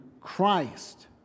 Christ